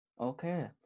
Okay